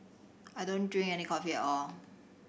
I don't drink any coffee at all